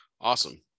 awesome